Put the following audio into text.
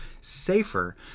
Safer